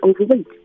overweight